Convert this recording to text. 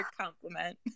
compliment